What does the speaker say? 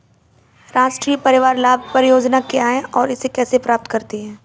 राष्ट्रीय परिवार लाभ परियोजना क्या है और इसे कैसे प्राप्त करते हैं?